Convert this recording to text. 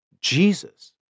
Jesus